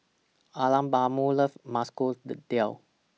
Alabama loves Masoor Dal